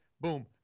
boom